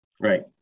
Right